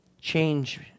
change